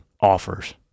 offers